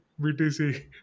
BTC